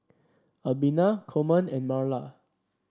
Albina Coleman and Marla